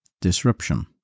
disruption